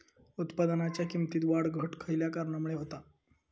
उत्पादनाच्या किमतीत वाढ घट खयल्या कारणामुळे होता?